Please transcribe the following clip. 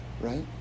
right